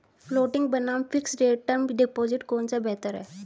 Floating बनाम fixed rate term deposit कौन सा बेहतर है?